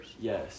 yes